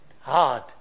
hard